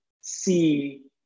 see